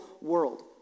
world